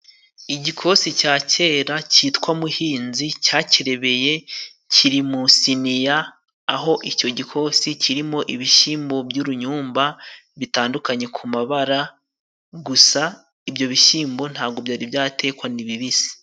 Igikosi cya kera cyitwa muhinzi cyakerebeye kiri mu isiniya, aho icyo gikosi kirimo ibishyimbo by'urunyumba bitandukanye ku mabara, gusa ibyo bishyimbo ntabwo byari byatekwa ni bibisi.